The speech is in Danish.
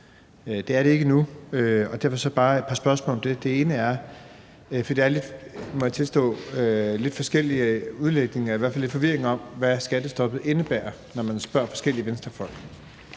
Det er det ikke blevet endnu, og derfor har jeg bare et par spørgsmål om det. Der er, må jeg tilstå, lidt forskellige udlægninger af det. Der er i hvert fald lidt forvirring om, hvad skattestoppet indebærer, når man spørger forskellige venstrefolk,